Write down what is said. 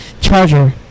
Charger